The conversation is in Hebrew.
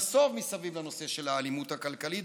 נסוב סביב הנושא של האלימות הכלכלית,